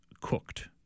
cooked